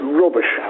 rubbish